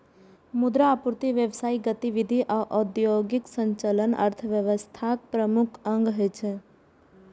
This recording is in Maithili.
मुद्रा आपूर्ति, व्यावसायिक गतिविधि आ उद्योगक संचालन अर्थव्यवस्थाक प्रमुख अंग होइ छै